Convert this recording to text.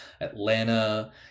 Atlanta